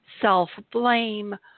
self-blame